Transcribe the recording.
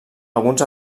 alguns